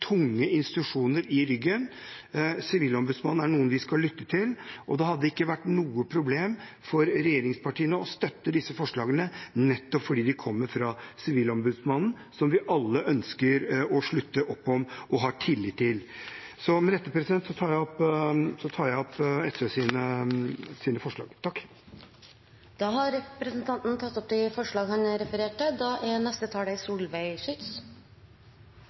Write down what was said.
tunge institusjoner i ryggen. Sivilombudsmannen er noen vi skal lytte til, og det hadde ikke vært noe problem for regjeringspartiene å støtte disse forslagene, nettopp fordi de kommer fra Sivilombudsmannen, som vi alle ønsker å slutte opp om, og har tillit til. Med dette tar jeg altså opp SVs forslag. Representanten Petter Eide har tatt opp de forslagene han refererte til. Spørsmålet om isolasjon i fengsel er